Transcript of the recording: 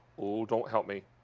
oh, don't help me.